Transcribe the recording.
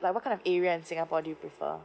like what kind of area in singapore do you prefer